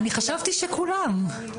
אני חשבתי שכולם.